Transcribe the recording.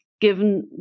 given